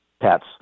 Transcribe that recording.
pets